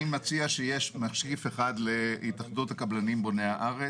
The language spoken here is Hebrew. מציע שיהיה משקיף אחד להתאחדות הקבלנים בוני הארץ.